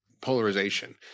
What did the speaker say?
polarization